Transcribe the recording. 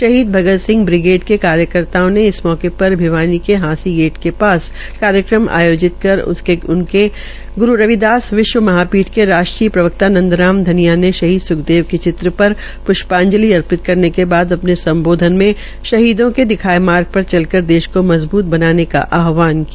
शहीद भगत बिग्रेड के कार्यकर्ताओं ने इस मौके पर भिवानी के हांसी गेट के पास कार्यक्रम आयोजित कर उसमें ग्रू रविदास विश्व महापीठ के राष्ट्रीय प्रवक्ता नंदराम धनिया ने शहीद सुखदेव के चित्र पर प्ष्पाजंलि अर्पित करने के बाद अपने सम्बोधन में शहीदों के दिखाये मार्ग पर चल कर देश को मजबूत बनाने का आहवान किया